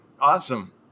Awesome